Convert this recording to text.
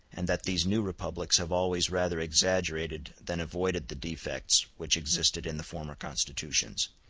and that these new republics have always rather exaggerated than avoided the defects which existed in the former constitutions.